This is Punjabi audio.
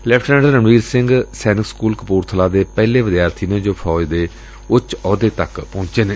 ਲੈਫਟੀਨੈਂਟ ਰਣਬੀਰ ਸਿੰਘ ਸੈਨਿਕ ਸਕੁਲ ਕਪੁਰਥਲਾ ਦੇ ਪਹਿਲੇ ਵਿਦਿਆਰਥੀ ਨੇ ਜੋ ਫੌਜ ਦੇ ਉੱਚ ਆਹੁਦੇ ਤੱਕ ਪਹੁੰਚੇ ਨੇ